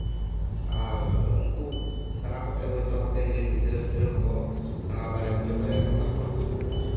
ᱟᱨ ᱩᱱᱠᱩ ᱥᱮᱬᱟ ᱠᱟᱛᱮ ᱦᱳᱭᱛᱳ ᱦᱟᱯᱮᱱ ᱫᱤᱱ ᱜᱤᱫᱽᱨᱟᱹᱼᱯᱤᱫᱽᱨᱟᱹ ᱠᱚᱠᱚ ᱥᱮᱲᱟ ᱫᱟᱲᱮ ᱦᱚᱪᱚ ᱫᱟᱲᱮᱭᱟ ᱛᱟᱠᱚᱣᱟ